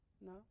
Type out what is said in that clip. No